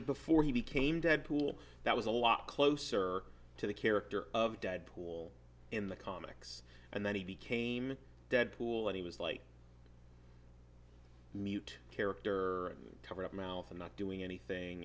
he before he became deadpool that was a lot closer to the character of deadpool in the comics and then he became deadpool and he was like mute character cover of mouth and not doing anything